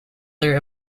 their